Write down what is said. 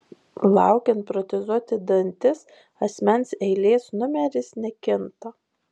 laukiant protezuoti dantis asmens eilės numeris nekinta